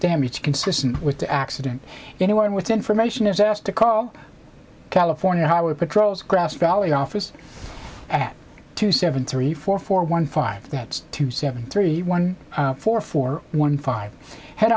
it's consistent with the accident anyone with information is asked to call california highway patrol's grass valley office at two seven three four four one five two seven three one four four one five had